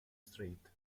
street